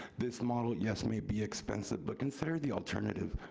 this model, yes, may be expensive, but consider the alternative,